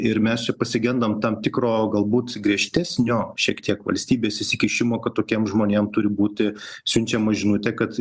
ir mes čia pasigendam tam tikro galbūt griežtesnio šiek tiek valstybės įsikišimo kad tokiem žmonėm turi būti siunčiama žinutė kad